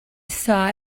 saw